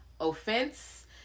offense